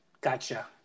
Gotcha